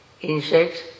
insects